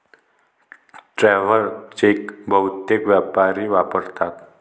travel cheque बहुतेक व्यापारी वापरतात